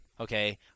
okay